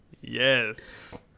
Yes